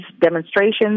demonstrations